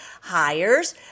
hires